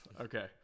Okay